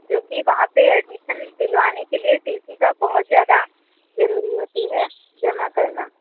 जो कि वहाँ पे एडमिशन दिलवाने के लिए टी सी का बहुत ज़्यादा ज़रूरी होती है जमा करना